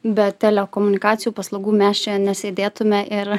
be telekomunikacijų paslaugų mes čia nesėdėtume ir